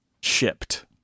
shipped